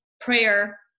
prayer